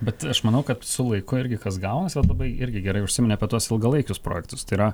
bet aš manau kad su laiku irgi kas gaunasi vat labai irgi gerai užsiminei apie tuos ilgalaikius projektus tai yra